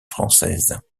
française